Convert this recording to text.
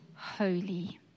Holy